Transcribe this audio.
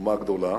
תרומה גדולה,